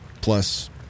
Plus